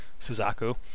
Suzaku